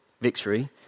victory